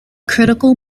critical